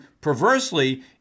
perversely